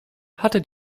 hatte